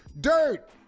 dirt